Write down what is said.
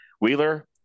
Wheeler